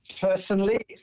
Personally